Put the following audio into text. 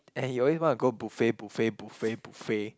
and he always want to go buffet buffet buffet buffet